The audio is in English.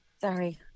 sorry